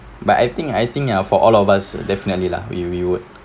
but I think I think ah for all of us definitely lah we we would